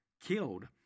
killed